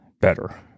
better